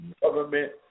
Government